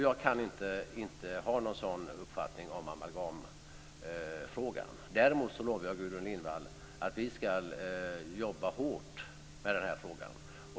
Jag kan inte ange någon tidpunkt när det gäller amalgamfrågan. Däremot lovar jag Gudrun Lindvall att vi ska jobba hårt med frågan.